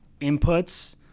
inputs